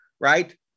right